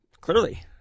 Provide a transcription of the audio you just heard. clearly